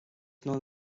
known